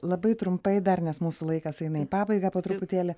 labai trumpai dar nes mūsų laikas eina į pabaigą po truputėlį